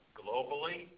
globally